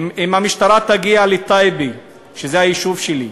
אם המשטרה תגיע לטייבה, שזה היישוב שלי,